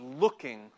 looking